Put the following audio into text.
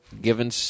Given